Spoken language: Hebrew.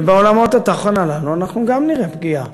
ובעולמות התוכן הללו אנחנו נראה פגיעה,